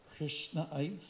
Krishnaites